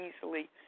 easily